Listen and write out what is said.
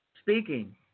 Speaking